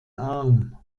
arm